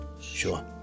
Sure